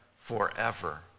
forever